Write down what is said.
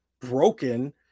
broken